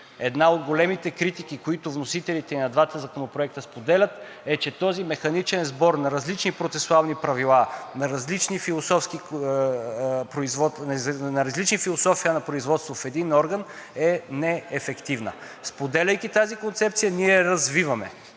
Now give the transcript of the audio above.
Една от големите критики, които вносителите и на двата законопроекта споделят, е, че този механичен сбор на различни процесуални правила, на различна философия на производство в един орган е неефективна. Споделяйки тази концепция, ние я развиваме